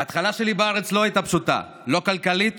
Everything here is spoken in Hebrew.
ההתחלה שלי בארץ הייתה לא פשוטה, לא כלכלית